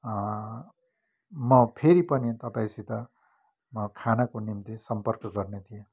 म फेरि पनि तपाईँसित म खानाको निम्ति सम्पर्क गर्ने थिएँ